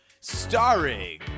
starring